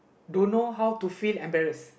dunno how to feel embarrassed